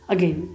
Again